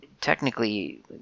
technically